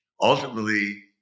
Ultimately